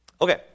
Okay